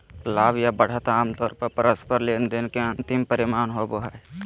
लाभ या बढ़त आमतौर पर परस्पर लेनदेन के अंतिम परिणाम होबो हय